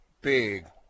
big